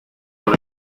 por